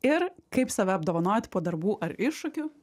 ir kaip save apdovanot po darbų ar iššūkių